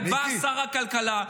ובא שר הכלכלה,